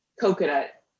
coconut